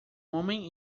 homem